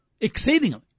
exceedingly